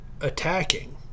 attacking